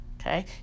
okay